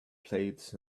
plates